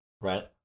Right